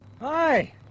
Hi